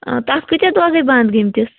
تَتھ کۭتیٛاہ دۄہ گٔے بنٛد گٔمتِس